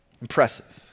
Impressive